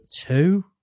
two